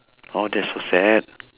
!aww! that's so sad